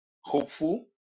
hopeful